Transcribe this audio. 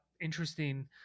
interesting